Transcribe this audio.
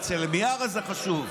אצל מיארה זה חשוב,